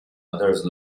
others